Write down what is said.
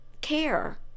care